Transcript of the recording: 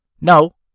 No